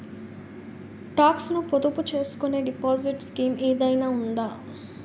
Talks ను పొదుపు చేసుకునే డిపాజిట్ స్కీం ఏదైనా ఉందా?